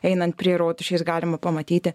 einant prie rotušės galima pamatyti